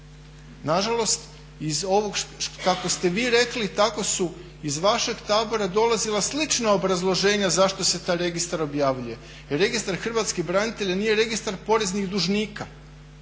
Nažalost iz ovog kako ste vi rekli tako su iz vašeg tabora dolazila slična obrazloženja zašto se taj registar objavljuje. Registar hrvatskih branitelja nije registar poreznih dužnika